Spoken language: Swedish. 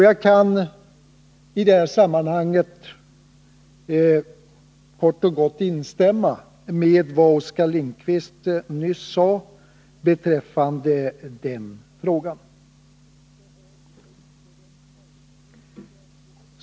Jag kan i det här sammanhanget kort och gott instämma med vad Oskar Lindkvist nyss sade beträffande den frågan.